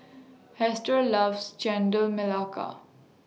Hester loves Chendol Melaka